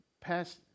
passed